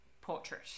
portrait